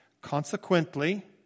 Consequently